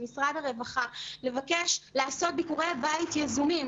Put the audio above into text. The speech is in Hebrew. ולמשרד הרווחה בבקשה לעשות ביקורי בית יזומים.